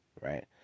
Right